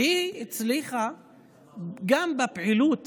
והיא הצליחה גם בפעילות